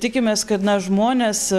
tikimės kad na žmonės